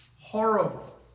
horrible